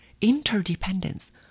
interdependence